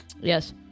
Yes